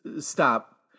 stop